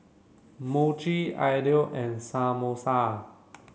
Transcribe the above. Mochi Idili and Samosa